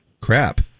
Crap